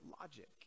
logic